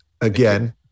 again